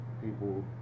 people